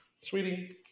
Sweetie